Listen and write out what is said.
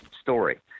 story